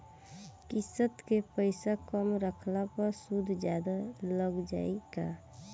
किश्त के पैसा कम रखला पर सूद जादे लाग जायी का?